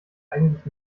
eigentlich